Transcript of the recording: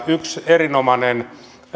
yksi erinomainen